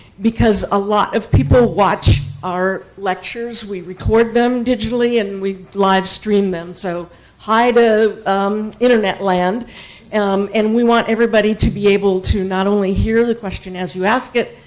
because a lot of people watch our lectures. we record them digitally, and we live-stream them, so hi to internet-land. um and we want everybody to be able to, not only hear the question as you ask it,